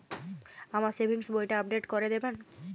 আমার সেভিংস বইটা আপডেট করে দেবেন?